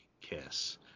Kiss